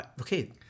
Okay